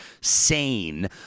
sane